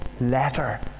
letter